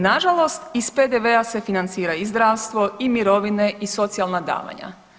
Nažalost, iz PDV-a se financira i zdravstvo i mirovine i socijalna davanja.